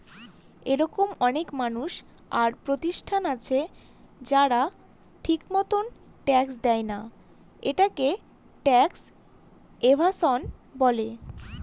এরকম অনেক মানুষ আর প্রতিষ্ঠান আছে যারা ঠিকমত ট্যাক্স দেয়না, এটাকে ট্যাক্স এভাসন বলে